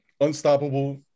unstoppable